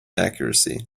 accuracy